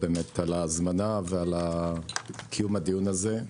על ההזמנה ועל קיום הדיון הזה.